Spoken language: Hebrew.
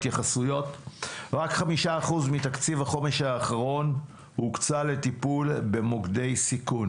רק 5% מתקציב החומש האחרון הוקצה לטיפול במוקדי סיכון